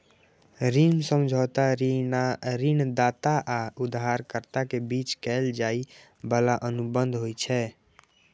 ऋण समझौता ऋणदाता आ उधारकर्ता के बीच कैल जाइ बला अनुबंध होइ छै